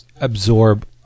absorb